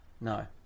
No